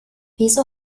wieso